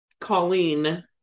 Colleen